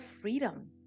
freedom